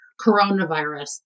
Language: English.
coronavirus